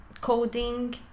coding